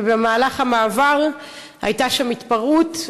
ובמהלך המעבר הייתה שם התפרעות,